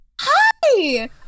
Hi